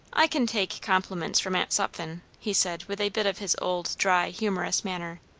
i can take compliments from aunt sutphen, he said with a bit of his old dry humorous manner,